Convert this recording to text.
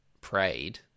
prayed